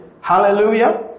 Hallelujah